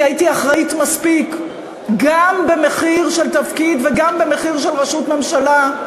כי הייתי אחראית מספיק גם במחיר של תפקיד וגם במחיר של ראשות ממשלה,